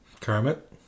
Kermit